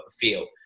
feel